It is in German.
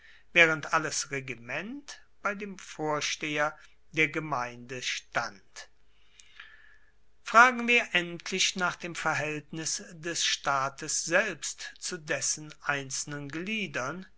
waehrend alles regiment bei dem vorsteher der gemeinde stand fragen wir endlich nach dem verhaeltnis des staates selbst zu dessen einzelnen gliedern